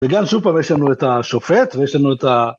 וגם שוב פעם יש לנו את השופט, ויש לנו את ה...